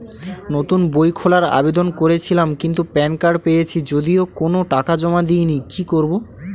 নতুন বই খোলার আবেদন করেছিলাম কিন্তু প্যান কার্ড পেয়েছি যদিও কোনো টাকা জমা দিইনি কি করব?